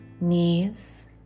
knees